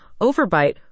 overbite